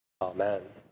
Amen